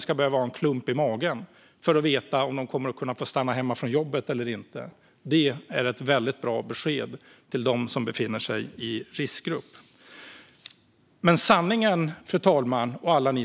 ska behöva ha en klump i magen under julen på grund av att de inte vet om de kommer att kunna stanna hemma från jobbet eller inte. Det är ett väldigt bra besked till dem som befinner sig i en riskgrupp. Fru talman! Alla som lyssnar!